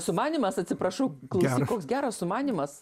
sumanymas atsiprašau klausyk koks geras sumanymas